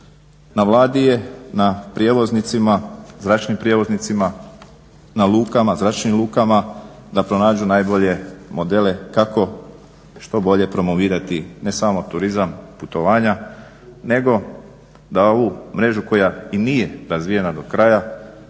na Vladi je, na prijevoznicima, zračnim prijevoznicima, na lukama, zračnim lukama da pronađu najbolje modele kako što bolje promovirati ne samo turizam i putovanja nego da ovu mrežu koja i nije razvijena do kraja